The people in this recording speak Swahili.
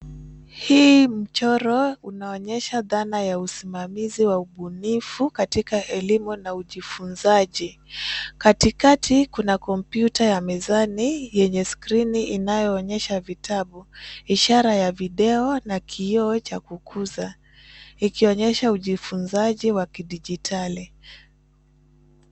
Hii mchoro unaonyesha dhana ya usimamizi wa ubunifu katika elimu na ujifunzaji. Katikati kuna kompyuta ya mezani yenye skreeni inayoonyesha vitabu ishara ya video na kioo cha kukuza. Ikionyesha ujifunzwaji wa kidijitali.